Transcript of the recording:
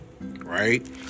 right